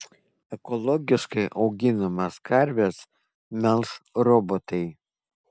ekologiškai auginamas karves melš robotai